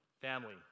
Family